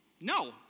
No